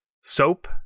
Soap